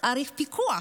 צריך פיקוח.